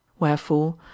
wherefore